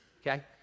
Okay